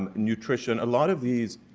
and nutrition, a lot of these,